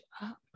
up